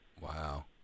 Wow